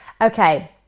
Okay